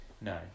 No